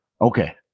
okay